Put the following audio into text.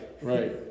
right